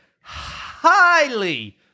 highly